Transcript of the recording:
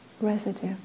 residue